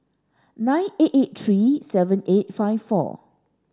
nine eight eight three seven eight five four